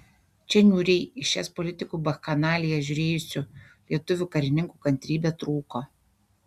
čia niūriai į šias politikų bakchanalijas žiūrėjusių lietuvių karininkų kantrybė trūko